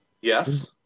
yes